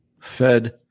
fed